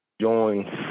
join